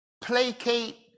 placate